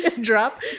Drop